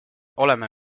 oleme